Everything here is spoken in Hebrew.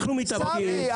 אנחנו מתאפקים --- אבל סמי,